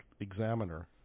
examiner